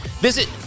Visit